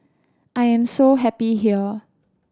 I am so happy here